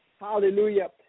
Hallelujah